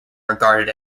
regarded